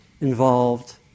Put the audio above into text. involved